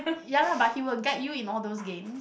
ya lah but he will guide you in all those games